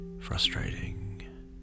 frustrating